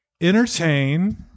entertain